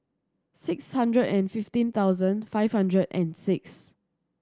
six hundred and fifteen thousand five hundred and six